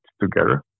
together